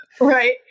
Right